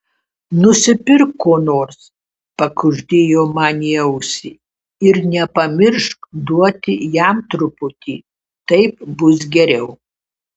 nusipirk ko nors pakuždėjo man į ausį ir nepamiršk duoti jam truputį taip bus geriau